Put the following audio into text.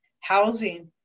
Housing